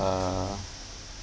uh